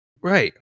Right